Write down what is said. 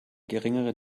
geringere